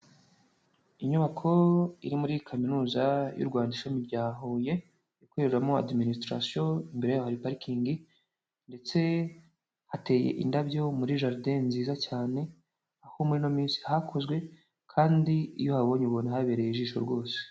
Inyubako iri muri kaminuza y'u Rwanda ishami rya Huye, ikoreramo adiminisitarasiyo, imbere yayo hari parikingi, ndetse hateye indabyo muri jaride nziza cyane. Aho muri ino minsi hakozwe, kandi iyo uhabonye ubona habereye ijisho rwose.